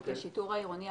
כי השיטור העירוני,